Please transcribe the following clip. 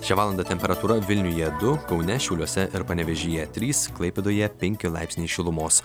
šią valandą temperatūra vilniuje du kaune šiauliuose ir panevėžyje trys klaipėdoje penki laipsniai šilumos